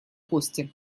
кости